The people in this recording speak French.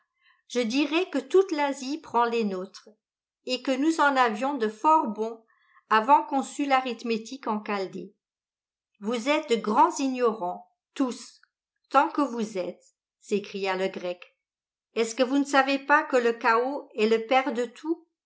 je dirais que toute l'asie prend les nôtres et que nous en avions de fort bons avant qu'on sût l'arithmétique en chaldée mots chinois qui signifient proprement li la lumière naturelle la raison et tien le ciel et qui signifient aussi dieu vous êtes de grands ignorants tous tant que vous êtes s'écria le grec est-ce que vous ne savez pas que le chaos est le père de tout